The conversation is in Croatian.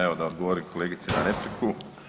Evo da odgovorim kolegici na repliku.